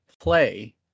play